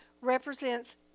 represents